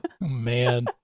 Man